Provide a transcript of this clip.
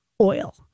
oil